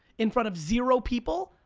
in front of zero people,